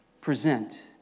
present